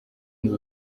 ngo